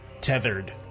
tethered